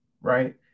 right